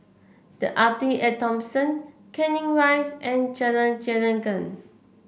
The Arte At Thomson Canning Rise and Jalan Gelenggang